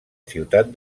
ciutat